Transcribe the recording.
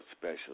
special